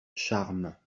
charmes